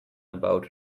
about